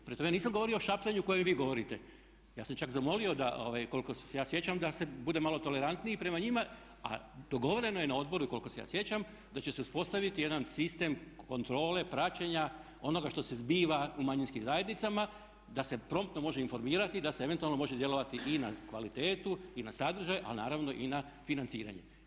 Prema tome, nisam govorio o šaptanju o kojem vi govorite. ja sam čak zamolio da koliko se ja sjećam da se bude malo tolerantniji prema njima, a dogovoreno je na odboru i koliko se ja sjećam da će se uspostaviti jedan sistem kontrole praćenja onoga što se zbiva u manjinskim zajednicama, da se promptno može informirati i da se eventualno može djelovati i na kvalitetu i na sadržaj, ali naravno i na financiranje.